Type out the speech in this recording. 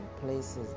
places